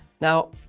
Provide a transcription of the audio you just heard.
now,